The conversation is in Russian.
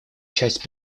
часть